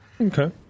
Okay